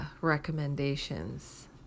recommendations